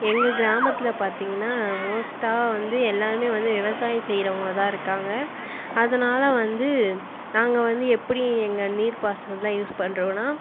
எங்கள் கிராமத்தில்ல பார்த்தீங்ன்னா மோஸ்ட்டா வந்து எல்லாருமே வந்து விவசாயம் செய்கிறவங்க தான் இருக்காங்கள் அதனால வந்து நாங்கள் வந்து எப்படி எங்கள் நீர் பாசனம் யூஸ் பண்ணுறேன்னா